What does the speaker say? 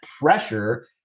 pressure